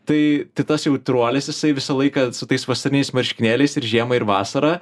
tai tai tas jautruolis jisai visą laiką su tais vasariniais marškinėliais ir žiemą ir vasarą